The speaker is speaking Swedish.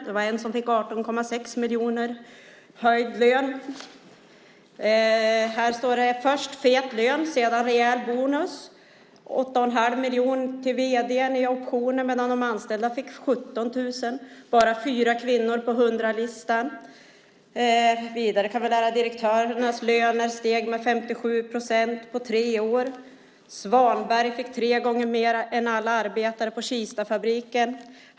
Det var en som fick 18,6 miljoner i höjd lön. Här står det: Först fet lön sedan rejäl bonus. 8,5 miljoner i optioner till vd:n medan de anställda fick 17 000. Bara fyra kvinnor på 100-listan. Vidare kan vi läsa: Direktörernas löner steg med 57 procent på tre år. Svanberg fick tre gånger mer än alla arbetare på Kistafabriken.